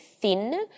thin